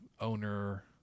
owner